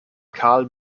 carl